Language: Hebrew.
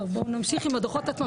בואו נמשיך עם הדו"חות עצמם,